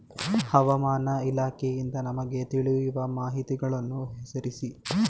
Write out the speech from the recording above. ಹವಾಮಾನ ಇಲಾಖೆಯಿಂದ ನಮಗೆ ತಿಳಿಯುವ ಮಾಹಿತಿಗಳನ್ನು ಹೆಸರಿಸಿ?